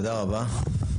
תודה רבה.